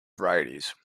varieties